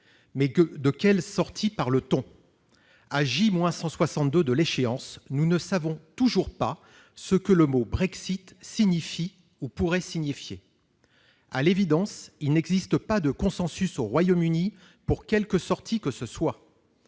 Mais de quelle sortie parle-t-on ? À J-162 de l'échéance, nous ne savons toujours pas ce que le mot « Brexit » signifie, ou pourrait signifier. À l'évidence, il n'existe pas de consensus au Royaume-Uni en faveur de quelque sortie que ce soit